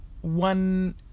one